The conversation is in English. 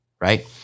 right